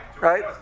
Right